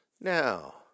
Now